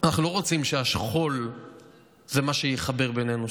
אנחנו לא רוצים שהשכול זה מה שיחבר בינינו,